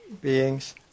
beings